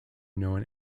known